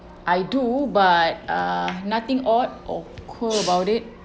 I do but uh nothing odd or cool about it